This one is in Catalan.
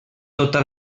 tota